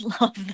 love